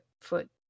foot